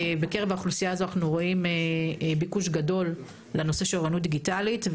אנחנו רואים בקרב האוכלוסיה הזו ביקוש גדול לנושא של אוריינות דיגיטלית,